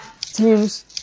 teams